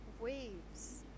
Waves